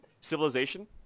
Civilization